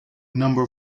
number